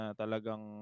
talagang